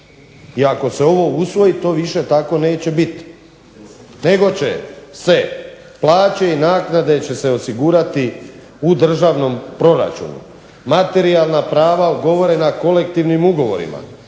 i ako se ovo usvoji to više tako neće biti, nego će se plaće i naknade će se osigurati u državnom proračunu. Materijalna prava ugovorena kolektivnim ugovorima,